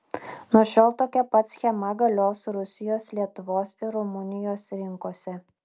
nuo šiol tokia pat schema galios rusijos lietuvos ir rumunijos rinkose